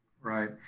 right.